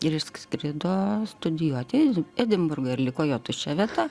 ir išskrido studijuoti į edinburgą ir liko jo tuščia vieta